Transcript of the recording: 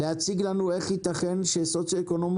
להציג לנו איך ייתכן שסוציואקונומי